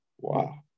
Wow